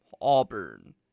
Auburn